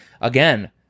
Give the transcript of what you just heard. again